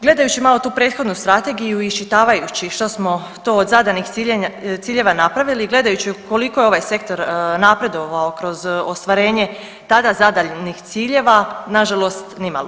Gledajući malo tu prethodnu strategiju i iščitavajući što smo to od zadanih ciljeva napravili, gledajući koliko je ovaj sektor napredovao kroz ostvarenje tada zadanih ciljeva na žalost ni malo.